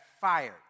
fired